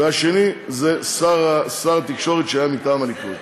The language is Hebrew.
והשני זה שר התקשורת, שהיה מטעם הליכוד.